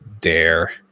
Dare